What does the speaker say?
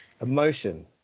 Emotion